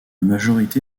majorité